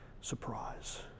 surprise